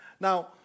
Now